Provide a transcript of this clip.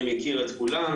אני מכיר את כולן,